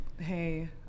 Hey